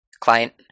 client